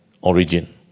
origin